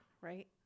right